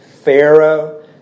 Pharaoh